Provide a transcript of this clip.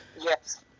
yes